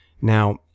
Now